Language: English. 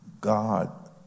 God